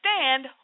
stand